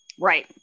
Right